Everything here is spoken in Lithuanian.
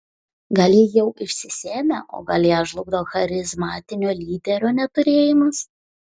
gal ji jau išsisėmė o gal ją žlugdo charizmatinio lyderio neturėjimas